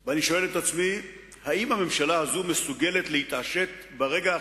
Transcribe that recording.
או עסקים במשבר שיש להם השלכה על מה שקורה בארץ?